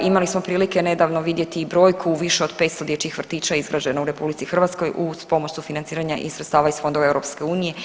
Imali smo prilike nedavno vidjeti i brojku više od 500 dječjih vrtića je izgrađeno u RH uz pomoć sufinanciranja iz sredstava iz fondova EU.